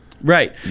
Right